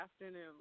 afternoon